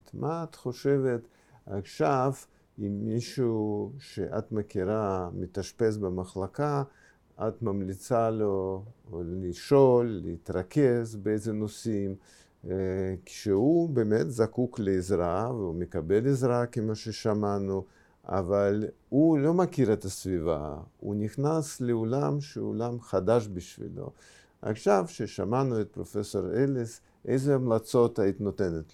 מה את חושבת עכשיו אם מישהו שאת מכירה מתאשפז במחלקה את ממליצה לו לשאול, להתרכז באיזה נושאים כשהוא באמת זקוק לעזרה, ומקבל עזרה כמו ששמענו אבל הוא לא מכיר את הסביבה הוא נכנס לעולם שהוא עולם חדש בשבילו עכשיו ששמענו את פרופסור אליס איזה המלצות היית נותנת?